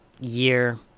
year